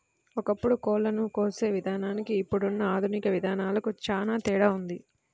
ఒకప్పుడు కోళ్ళను కోసే విధానానికి ఇప్పుడున్న ఆధునిక విధానాలకు చానా తేడా ఉంది